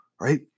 right